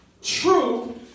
True